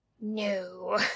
No